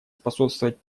способствовать